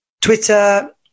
Twitter